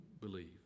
believe